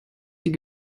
die